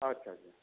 अच्छा